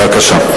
בבקשה.